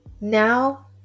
Now